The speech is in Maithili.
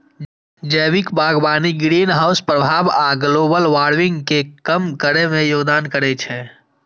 जैविक बागवानी ग्रीनहाउस प्रभाव आ ग्लोबल वार्मिंग कें कम करै मे योगदान करै छै